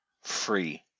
free